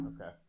Okay